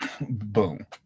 boom